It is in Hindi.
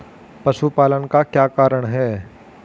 पशुपालन का क्या कारण है?